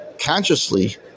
consciously